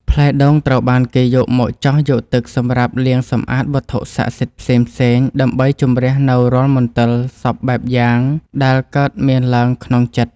ផ្លែដូងត្រូវបានគេយកមកចោះយកទឹកសម្រាប់លាងសម្អាតវត្ថុស័ក្តិសិទ្ធិផ្សេងៗដើម្បីជម្រះនូវរាល់មន្ទិលសព្វបែបយ៉ាងដែលកើតមានឡើងក្នុងចិត្ត។